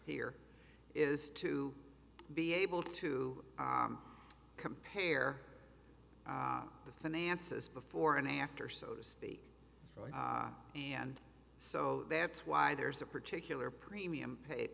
here is to be able to compare the finances before and after so to speak and so that's why there's a particular premium pay